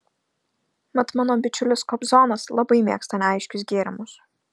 mat mano bičiulis kobzonas labai mėgsta neaiškius gėrimus